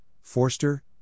Forster